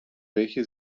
welche